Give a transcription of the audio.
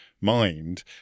mind